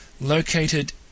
located